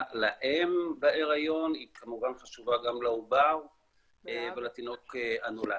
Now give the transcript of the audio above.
לאם בהיריון היא כמובן חשובה גם לעובר ולתינוק הנולד.